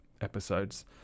episodes